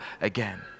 again